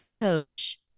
coach